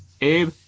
Abe